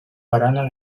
barana